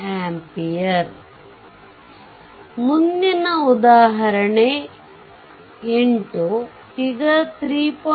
3ampere ಮುಂದಿನದು ಉದಾಹರಣೆ 8 fig 3